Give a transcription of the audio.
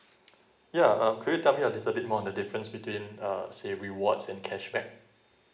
yeah uh could you tell me a little bit more on the difference between uh say rewards and cashback